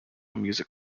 music